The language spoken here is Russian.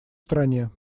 стране